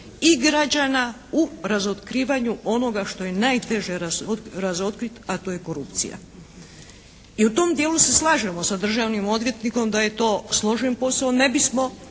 i građana u razotkrivanju onoga što je najteže razotkriti, a to je korupcija. I u tom dijelu se slažemo sa državnim odvjetnikom da je to složen posao. Ne bismo